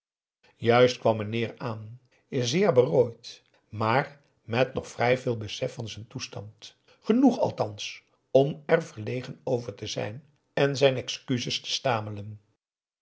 juist kwam meneer aan zeer berooid maar met nog vrij veel besef van z'n toestand genoeg althans om er verlegen over te zijn en zijn excuses te stamelen